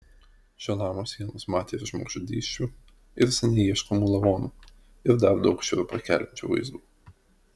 šio namo sienos matė ir žmogžudysčių ir seniai ieškomų lavonų ir dar daug šiurpą keliančių vaizdų